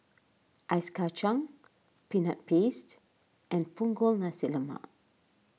Ice Kachang Peanut Paste and Punggol Nasi Lemak